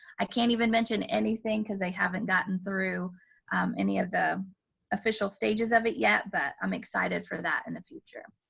i can't even mention anything, because i haven't gotten through any of the official stages of it yet, but i'm excited for that in the future.